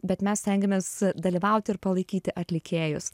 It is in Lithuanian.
bet mes stengėmės dalyvauti ir palaikyti atlikėjus